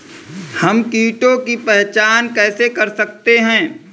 हम कीटों की पहचान कैसे कर सकते हैं?